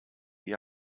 die